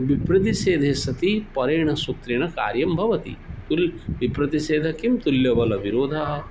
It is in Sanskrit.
विप्रतिषेधे सति परेण सूत्रेण कार्यं भवति तुल्यं विप्रतिषेधं किं तुल्यबलविरोधः